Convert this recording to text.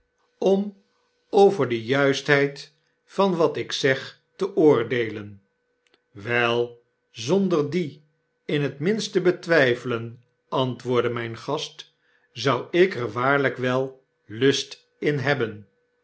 om over de juistheid van wat ik zeg te oordeelen wel zonder die in t minst te betwijfelen antwoordde myn gast zou ik er waarlykwel lust in hebben